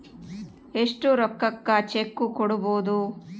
ಎಷ್ಟು ರೊಕ್ಕಕ ಚೆಕ್ಕು ಕೊಡುಬೊದು